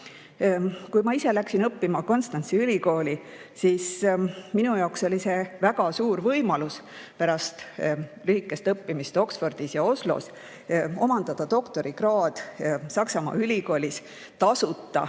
Kui ma ise läksin õppima Konstanzi ülikooli, siis minu jaoks oli see väga suur võimalus pärast lühikest õppimist Oxfordis ja Oslos omandada doktorikraad Saksamaa ülikoolis tasuta